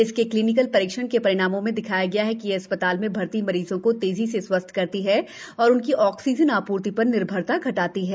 इसके क्लीनिकल रीक्षण के रिणामों में दिखाया गया है कि यह अस् ताल में भर्ती मरीजों को तेजी से स्वस्थ करती है और उनकी ऑक्सीजन आपूर्ति ार निर्भरता घटाती है